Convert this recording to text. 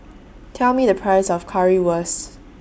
Tell Me The Price of Currywurst